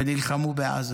ונלחמו בעזה,